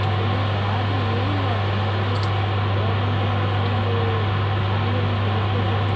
ಹಾಗೆಲ್ಲ ಹೇಳ್ತಾರೆ ಆದರೆ ಹೇಳುವಾಗ ನಾವು ಆ ಗೋರ್ಮೆಂಟಿಂದ ಒಂದು ಅಲ್ಲಿಯ ಒಂದು ವ್ಯವಸ್ಥೆ ಕೂಡ